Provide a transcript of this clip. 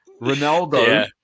Ronaldo